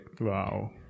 Wow